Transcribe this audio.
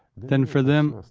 then for them,